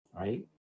right